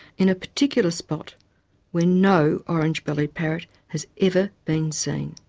in a particular spot where no orange-bellied parrot has ever been seen.